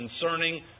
concerning